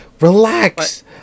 Relax